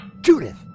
Judith